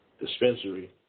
dispensary